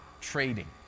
trading